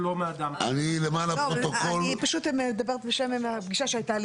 אני פשוט מדברת בשם הפגישה שהייתה לי.